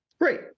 Great